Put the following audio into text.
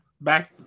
back